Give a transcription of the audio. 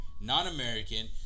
non-American